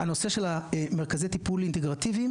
הנושא של המרכזי טיפול אינטגרטיביים